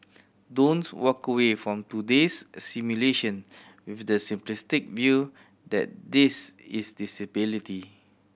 don't walk away from today's simulation with the simplistic view that this is disability